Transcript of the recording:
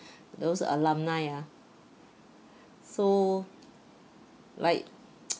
those alumni ah so like